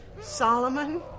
Solomon